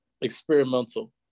experimental